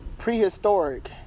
prehistoric